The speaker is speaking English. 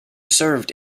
served